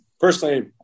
personally